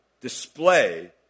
display